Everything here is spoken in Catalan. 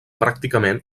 pràcticament